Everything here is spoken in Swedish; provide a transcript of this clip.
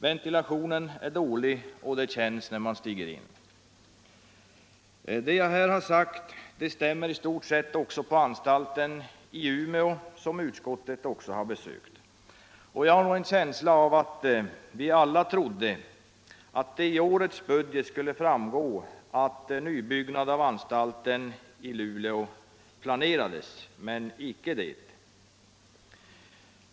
Ventilationen är dålig och det känns när man stiger in. Vad jag här har sagt stämmer i stort sett på anstalten i Umeå, som utskottet också har besökt. Jag har en känsla av att vi alla trodde att det i årets budget skulle framgå att en nybyggnad av anstalten i Luleå planerades, men icke det.